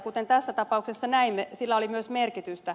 kuten tässä tapauksessa näimme sillä oli myös merkitystä